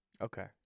Okay